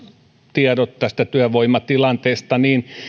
tiedot työvoimatilanteesta